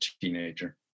teenager